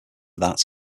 that